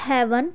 heaven